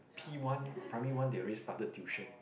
P One primary one they already started tuition